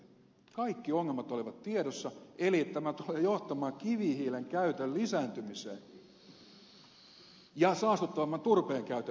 kaikki ongelmat olivat tiedossa eli että tämä tulee johtamaan kivihiilen käytön lisääntymiseen ja saastuttavamman turpeen käytön lisääntymiseen